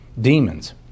demons